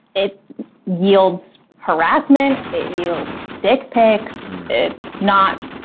it yields harassment it yields dick pics it's not